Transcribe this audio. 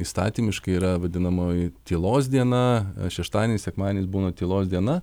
įstatymiškai yra vadinamoji tylos diena šeštadieniais sekmadieniais būna tylos diena